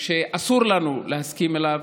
שאסור לנו להסכים אליו.